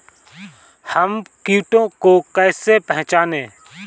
हम कीटों को कैसे पहचाने?